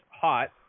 hot